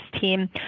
team